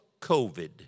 COVID